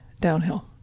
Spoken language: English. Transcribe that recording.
downhill